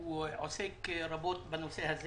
הוא עוסק רבות בנושא הזה